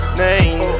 name